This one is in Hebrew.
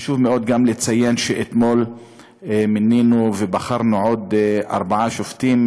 חשוב מאוד גם לציין שאתמול מינינו ובחרנו עוד ארבעה שופטים,